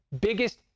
biggest